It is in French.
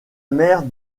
mère